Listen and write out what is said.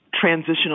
transitional